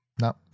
no